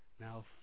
now